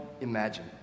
imagine